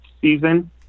season